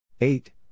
eight